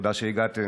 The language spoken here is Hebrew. תודה שהגעתם.